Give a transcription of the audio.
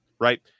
right